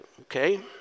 Okay